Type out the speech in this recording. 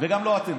וגם לא אתם.